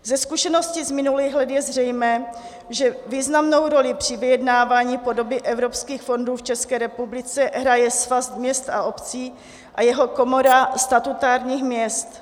Ze zkušeností z minulých let je zřejmé, že významnou roli při vyjednávání podoby evropských fondů v České republice hraje Svaz měst a obcí a jeho Komora statutárních měst.